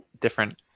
different